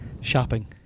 Shopping